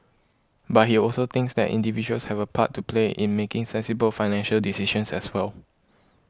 but he also thinks that individuals have a part to play in making sensible financial decisions as well